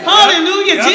Hallelujah